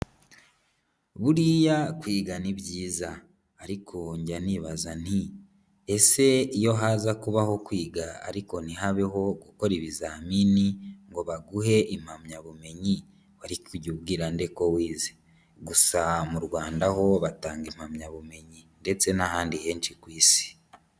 Buriya kwiga ni byiza, ariko njya nibaza nti "ese iyo haza kubaho kwiga ariko ntihabeho gukora ibizamini ngo baguhe impamyabumenyi, wari kujya ubwira nde ko wize?" Gusa mu Rwanda ho batanga impamyabumenyi ndetse n'ahandi henshi ku Isi.